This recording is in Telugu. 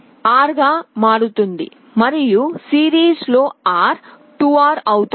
R గా మారుతుంది మరియు సిరీస్ లో R 2R అవుతుంది